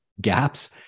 gaps